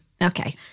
Okay